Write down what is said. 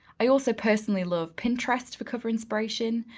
i also personally love pinterest for cover inspiration,